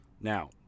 Now